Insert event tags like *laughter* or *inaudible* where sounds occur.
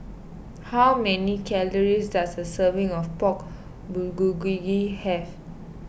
how many calories does a serving of Pork *unintelligible* have